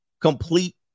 complete